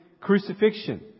crucifixion